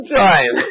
time